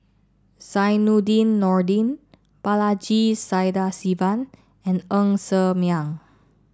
Zainudin Nordin Balaji Sadasivan and Ng Ser Miang